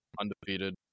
Undefeated